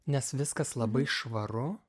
nes viskas labai švaru